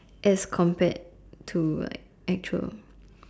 as compared to like actual